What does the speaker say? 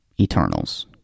Eternals